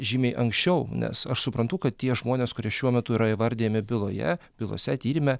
žymiai anksčiau nes aš suprantu kad tie žmonės kurie šiuo metu yra įvardijami byloje bylose tyrime